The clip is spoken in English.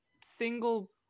single